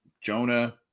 Jonah